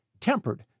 tempered